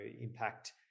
impact